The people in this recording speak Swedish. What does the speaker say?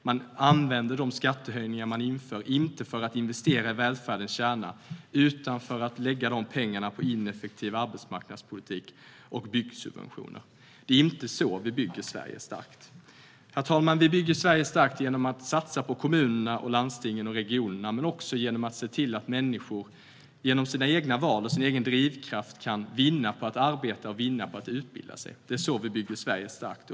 Man använder de skattehöjningar man inför inte för att investera i välfärdens kärna utan för att lägga de pengarna på ineffektiv arbetsmarknadspolitik och byggsubventioner. Det är inte så vi bygger Sverige starkt. Herr talman! Vi bygger Sverige starkt genom att satsa på kommunerna, landstingen och regionerna men också genom att se till att människor genom sina egna val och sin egen drivkraft kan vinna på att arbeta och att utbilda sig. Det är så vi bygger Sverige starkt.